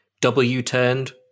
W-turned